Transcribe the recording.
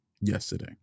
yesterday